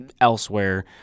elsewhere